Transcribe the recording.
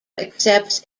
accepts